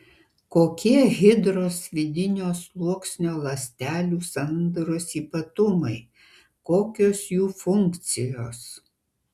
kokie hidros vidinio sluoksnio ląstelių sandaros ypatumai kokios jų funkcijos